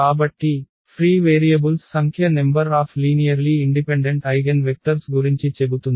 కాబట్టి free variables సంఖ్య number of linearly independent eigenvectors గురించి చెబుతుంది